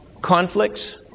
conflicts